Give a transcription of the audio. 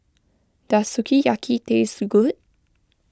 does Sukiyaki taste good